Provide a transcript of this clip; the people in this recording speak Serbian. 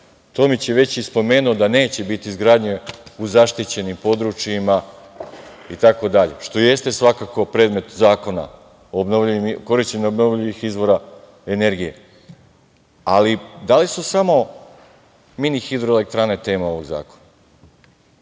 Tomić već i spomenuo da neće biti izgradnje u zaštićenim područjima itd. Što jeste svakako predmet zakona o korišćenju obnovljivih izvora energije. Da li su samo mini hidroelektrane tema ovog zakona?